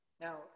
Now